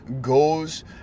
goes